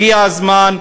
הגיע הזמן,